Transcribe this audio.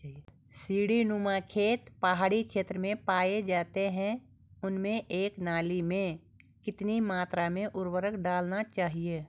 सीड़ी नुमा खेत पहाड़ी क्षेत्रों में पाए जाते हैं उनमें एक नाली में कितनी मात्रा में उर्वरक डालना चाहिए?